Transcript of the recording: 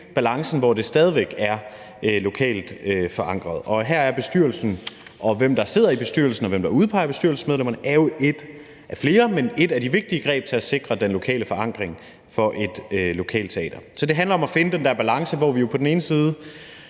balancen, hvor det stadig væk er lokalt forankret. Her er bestyrelsen, og hvem der sidder i bestyrelsen, og hvem der udpeger bestyrelsesmedlemmerne, jo et af de – et af flere – vigtige greb til at sikre den lokale forankring for et lokalteater. Så det handler om at finde den der balance, hvor vi på den ene side,